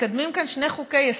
מתקדמים כאן שני חוקי-יסוד.